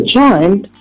joined